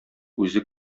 үзе